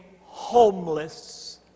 homeless